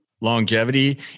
longevity